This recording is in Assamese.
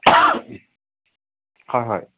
হয় হয়